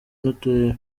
n’uturere